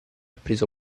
preso